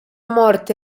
morte